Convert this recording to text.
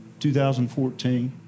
2014